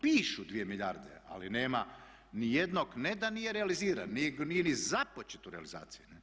Pišu 2 milijarde ali nema ni jednog, ne da nije realiziran, nije ni započet u realizaciji.